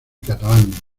catalán